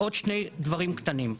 עוד שני דברים קטנים,